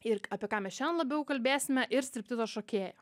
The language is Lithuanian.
ir apie ką mes šiandien labiau kalbėsime ir striptizo šokėja